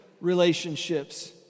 relationships